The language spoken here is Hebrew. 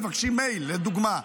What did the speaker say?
מבקשים מייל, לדוגמה.